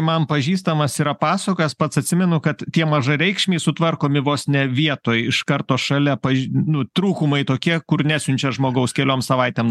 man pažįstamas yra pasakojęs pats atsimenu kad tie mažareikšmiai sutvarkomi vos ne vietoj iš karto šalia paži nu trūkumai tokie kur nesiunčia žmogaus keliom savaitėm